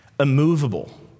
immovable